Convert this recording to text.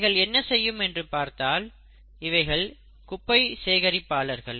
இவைகள் என்ன செய்யும் என்று பார்த்தால் இவைகள் குப்பை சேகரிப்பாளர்கள்